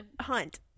hunt